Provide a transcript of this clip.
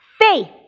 faith